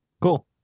Cool